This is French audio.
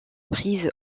prise